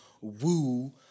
woo